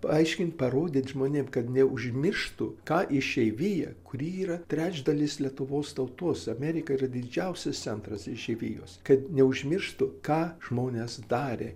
paaiškint parodyt žmonėm kad neužmirštų ką išeivija kuri yra trečdalis lietuvos tautos amerika yra didžiausias centras išeivijos kad neužmirštų ką žmonės darė